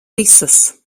visus